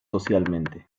socialmente